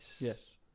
Yes